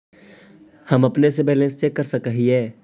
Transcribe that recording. हम अपने से बैलेंस चेक कर सक हिए?